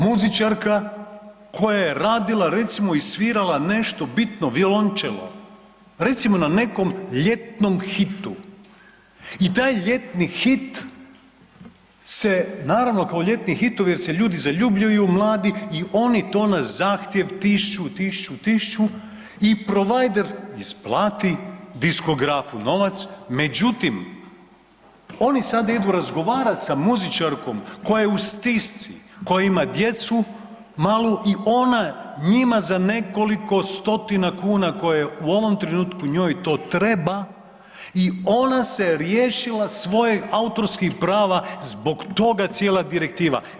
Muzičarka koja je radila recimo i svirala nešto bitno violončelo recimo na nekom ljetnom hitu i taj ljetni hit se naravno kao ljetni hitovi jer se ljudi zaljubljuju, mladi i oni to na zahtjev tišću, tišću, tišću i provider isplati diskograf novac međutim oni sad idu razgovarat sa muzičarkom koja je koja je u stisci, koja ima djecu malu i ona njima za nekoliko stotina kuna koje u ovom trenutku njoj to treba i ona se riješila svojih autorskih prava, zbog toga cijela direktiva.